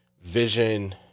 Vision